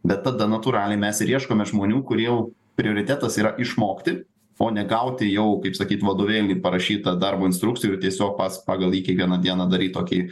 bet tada natūraliai mes ir ieškome žmonių kurie jau prioritetas yra išmokti fone gaut jau kaip sakyt vadovėly parašytą darbo instrukciją ir tiesiog pats pagal jį kiekvieną dieną daryti tokį